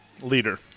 Leader